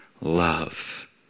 love